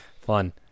fun